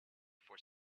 for